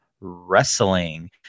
wrestling